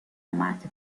اومد